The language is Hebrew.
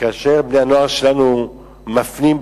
כאשר הנוער שלנו מפנים,